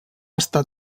estat